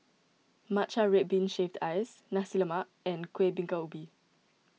Matcha Red Bean Shaved Ice Nasi Lemak and Kueh Bingka Ubi